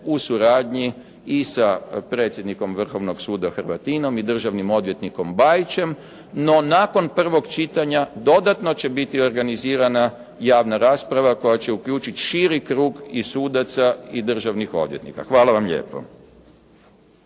u suradnji i sa predsjednikom Vrhovnog suda Hrvatinom i državnim odvjetnikom Bajićem no nakon prvog čitanja dodatno će biti organizirana javna rasprava koja će uključiti širi krug i sudaca i državnih odvjetnika. Hvala vam lijepo.